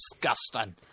Disgusting